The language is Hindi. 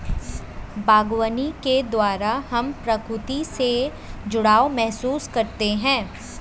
बागवानी के द्वारा हम प्रकृति से जुड़ाव महसूस करते हैं